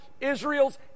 Israel's